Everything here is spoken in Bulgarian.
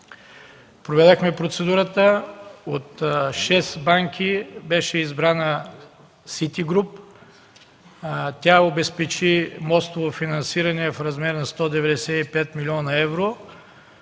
Проведохме процедурата. От шест банки беше избрана „Сити груп”. Тя обезпечи мостово финансиране в размер на 195 млн. евро.